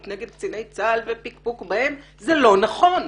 נגד קציני צה"ל ופקפוק בהם זה לא נכון.